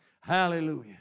hallelujah